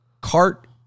cart